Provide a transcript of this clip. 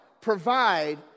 provide